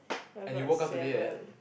here got seven